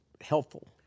helpful